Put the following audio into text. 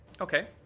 Okay